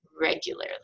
regularly